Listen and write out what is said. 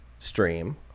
stream